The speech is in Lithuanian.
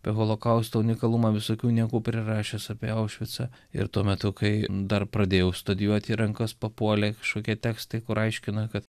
apie holokausto unikalumą visokių niekų prirašęs apie aušvicą ir tuo metu kai dar pradėjau studijuoti į rankas papuolė kažkokie tekstai kur aiškina kad